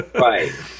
Right